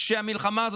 כשהמלחמה הזאת,